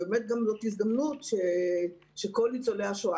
זאת הזדמנות לאפשר לכל ניצולי השואה.